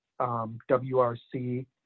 WRC